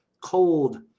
cold